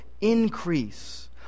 increase